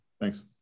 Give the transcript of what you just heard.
thanks